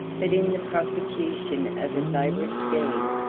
but in the prosecution of a favorite scheme,